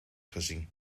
gezien